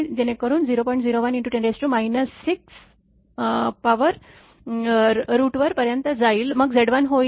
0110 6 power रूटवर पर्यंत जाईल